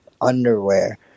underwear